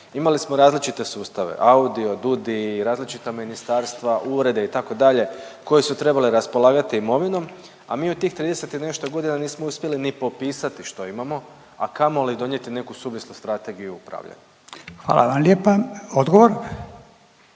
imali smo različite sustave AUDIO, DUUDI, različita ministarstva, urede itd. koji su trebali raspolagati imovinom, a mi u tih 30 i nešto godina nismo uspjeli ni popisati što imamo, a kamoli donijeti neku suvislu strategiju o upravljanju. **Radin, Furio